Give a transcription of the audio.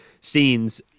scenes